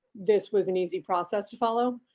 this was an easy process to follow.